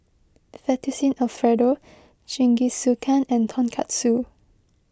Fettuccine Alfredo Jingisukan and Tonkatsu